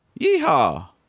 Yeehaw